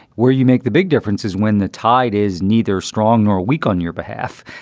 where you make the big difference is when the tide is neither strong or weak on your behalf.